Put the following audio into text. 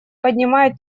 поднимает